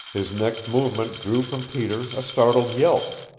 his next movement drew from peter a startled yelp.